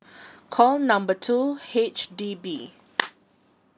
call number two H_D_B